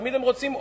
תמיד הם רוצים עוד.